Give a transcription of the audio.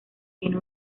tiene